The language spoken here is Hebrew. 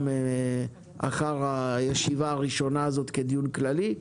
אחרי הישיבה הראשונה הזאת כדיון כללי.